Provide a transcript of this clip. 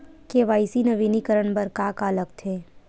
KYC नवीनीकरण बर का का लगथे?